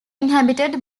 inhabited